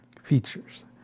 Features